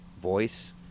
voice